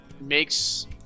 makes